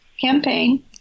campaign